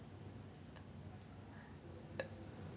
ya ya dude the songs are solid in that movie